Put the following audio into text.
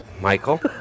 Michael